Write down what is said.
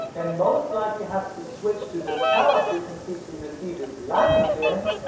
then most likely has to switch to the tower frequency to receive his landing clearance,